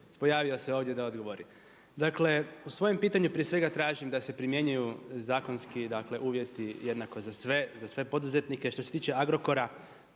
pojavio se ovdje da odgovori. Dakle, u svojem pitanju prije svega tražim da se primjenjuju zakonski, dakle uvjeti, jednako za sve, za sve poduzetnike. Što se tiče Agrokora